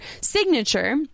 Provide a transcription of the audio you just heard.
signature